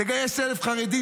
תגייס 1,000 חרדים,